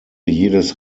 jedes